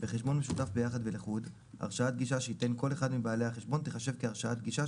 אתם רוצים להציג את הסעיף?